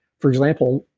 for example.